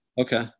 Okay